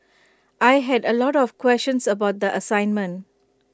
I had A lot of questions about the assignment